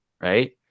right